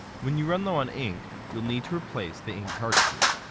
when you run low on ink, you'll need to replace the ink cartridges.